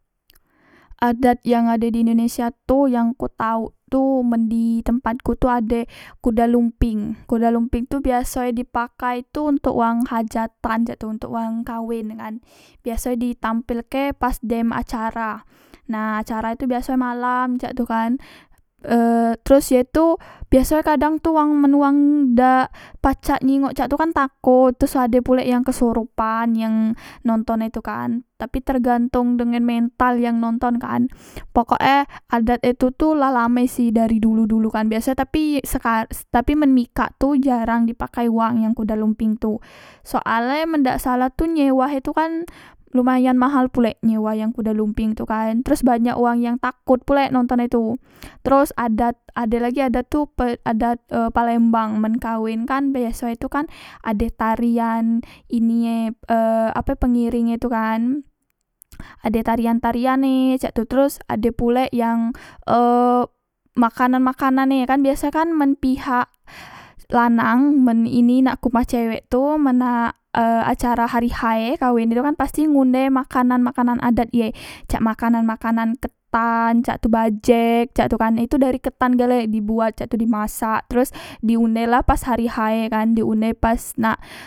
Adat yang ade di indonesia tu yang kuk tau tu di tempatku tu ade kuda lumping kuda lumping tu biaso e di pakai tu untok wang hajatan cak tu untok wang kawenan biaso di tampilke pas dem acara nah acara tu biasok e malam cak tu kan e teros ye tu biasoe kadang tu wang men wang dak pacak ninggok cak tu kan takot terus ade pulek yang kesoropan yang nonton e tu kan tapi tergantong dengen mental yang nonton kan pokok e ada e tu tu la lame si dari dulu dulu kan biasoe tapi seka tapi men mikak tu jarang dipakai wang kuda lumping tu soale men dak salah tu nyewa e tu kan lumayan mahal pulek nyewa yang kuda lumping tu kan teros banyak wang yang takot pulek nonton e tu teros adat ade lagi adat tu adat e palembang men kawen kan biasoe tu kan ade tarian inie e ape pengiring e itu kan ade tarian tariane cak tu teros ade pulek yang e makanan makanane kan biasoe kan men pihak lanang men ini nak ke uma cewek tu men nak e acara hari h e kawen tu kan pasti ngunde makanan makanan adat ye cak makanan makanan ketan cak tebajek cak tu kan itu dari ketan galek dibuat cak tu di masak teros di unde lah pas hari h e kan di unde pas nak